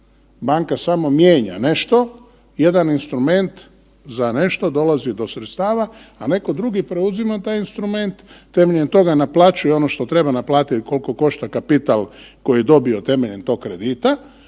Banka samo mijenja nešto jedan instrument za nešto, dolazi do sredstava, a netko drugi preuzima taj instrument, temeljem toga naplaćuje ono što treba naplatiti, koliko košta kapital koji je dobio temeljem tog kredita,